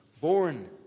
born